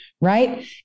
right